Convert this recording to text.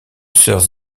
sœurs